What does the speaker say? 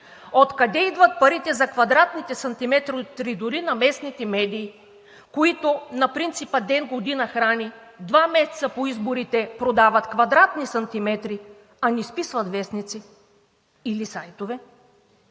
Откъде идват парите дори за квадратните сантиметри на местните медии, които на принципа „ден година храни“ два месеца по изборите продават квадратни сантиметри, а не списват вестници или сайтове?